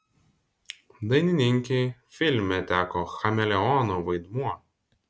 dainininkei filme teko chameleono vaidmuo